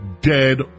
dead